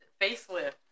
Facelift